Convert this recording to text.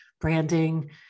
branding